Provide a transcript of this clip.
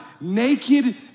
naked